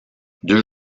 deux